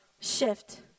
shift